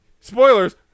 Spoilers